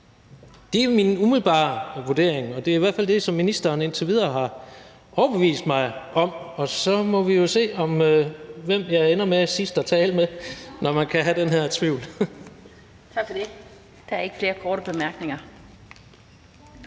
Det er min umiddelbare vurdering, og det er i hvert fald det, som ministeren indtil videre har overbevist mig om, og så må vi jo se, hvem jeg ender med at tale sidst med, når man kan have den her tvivl.